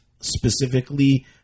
specifically